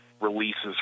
releases